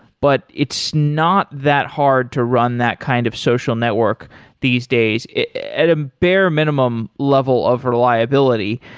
but it's not that hard to run that kind of social network these days at a bare minimum level of reliability.